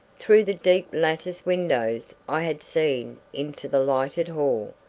through the deep lattice windows i had seen into the lighted hall.